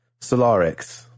Solarix